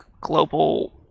global